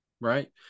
right